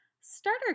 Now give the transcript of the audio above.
starter